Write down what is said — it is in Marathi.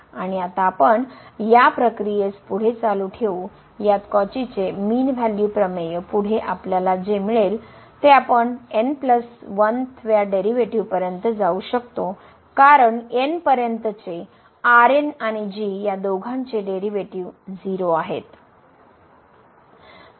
आणि आता आपण या प्रक्रियेस पुढे चालू ठेवू यात कॉचीचे मीन व्हॅल्यू प्रमेय पुढे आपल्याला जे मिळेल ते आपण पुढे शकतो कारण n पर्यंतचे 0 आहेत